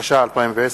התש"ע 2010,